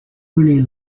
many